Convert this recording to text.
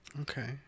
okay